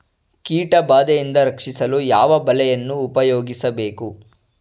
ಕೀಟಬಾದೆಯಿಂದ ರಕ್ಷಿಸಲು ಯಾವ ಬಲೆಯನ್ನು ಉಪಯೋಗಿಸಬೇಕು?